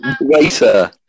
Waiter